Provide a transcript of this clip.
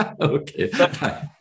Okay